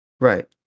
Right